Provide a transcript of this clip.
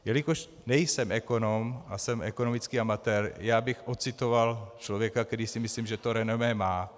Jelikož nejsem ekonom, jsem ekonomický amatér, já bych odcitoval člověka, který si myslím, že to renomé má.